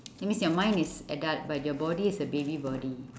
that means your mind is adult but your body is a baby body